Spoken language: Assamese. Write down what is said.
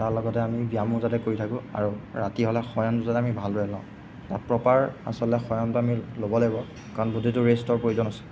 তাৰ লগতে আমি ব্যায়ামো যাতে কৰি থাকোঁ আৰু ৰাতি হ'লে শয়নটো যাতে আমি ভাল লৈ লওঁ তাত প্ৰপাৰ আচলতে শয়নটো আমি ল'ব লাগিব কাৰণ বডীটোৰ ৰেষ্টৰ প্ৰয়োজন আছে